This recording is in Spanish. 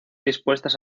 dispuestas